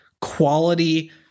quality